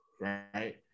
right